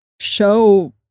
show